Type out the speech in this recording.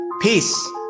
Peace